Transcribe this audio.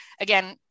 Again